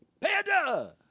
panda